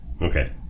Okay